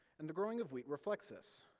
and the growing of wheat reflects this.